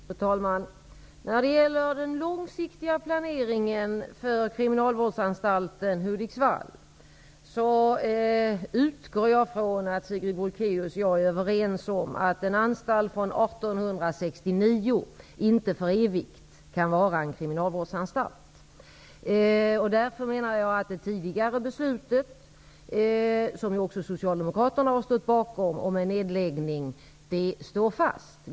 Fru talman! När det gäller den långsiktiga planeringen för kriminalvårdsanstalten Hudiksvall utgår jag ifrån att Sigrid Bolkéus och jag är överens om att en anstalt från 1869 inte för evigt kan fungera som en kriminalvårdsanstalt. Därför står det tidigare beslutet -- som ju också Socialdemokraterna stod bakom -- om en nedläggning fast.